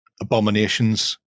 abominations